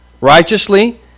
righteously